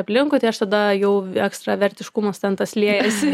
aplinkui tai aš tada jau ekstravertiškumas ten tas liejasi